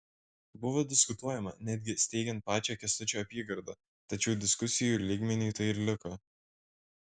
buvo diskutuojama netgi steigiant pačią kęstučio apygardą tačiau diskusijų lygmeniu tai ir liko